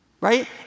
Right